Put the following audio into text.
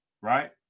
right